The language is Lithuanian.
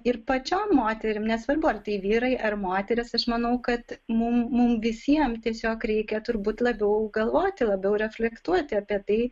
ir pačiom moterim nesvarbu ar tai vyrai ar moteris aš manau kad mum mum visiem tiesiog reikia turbūt labiau galvoti labiau reflektuoti apie tai